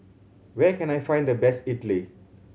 where can I find the best idly